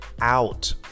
out